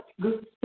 good